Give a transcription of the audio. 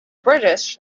british